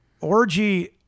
Orgy